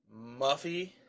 Muffy